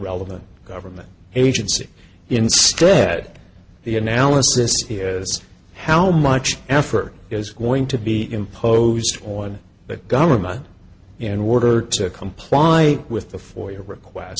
relevant government agency instead the analysis here is how much effort is going to be imposed on that government in order to comply with the for you request